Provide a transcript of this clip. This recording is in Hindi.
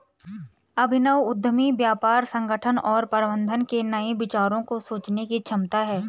अभिनव उद्यमी व्यापार संगठन और प्रबंधन के नए विचारों को सोचने की क्षमता है